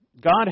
God